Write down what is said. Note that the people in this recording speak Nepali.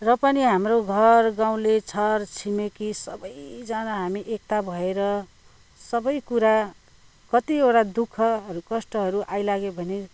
र पनि हाम्रो घरगाउँले छरछिमेकी सबैजाना हामी एकता भएर सबै कुरा कतिवटा दु खहरू कष्टहरू आइलाग्यो भने